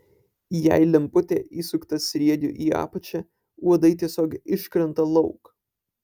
jei lemputė įsukta sriegiu į apačią uodai tiesiog iškrenta lauk